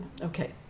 Okay